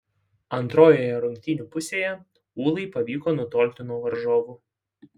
antrojoje rungtynių pusėje ūlai pavyko nutolti nuo varžovų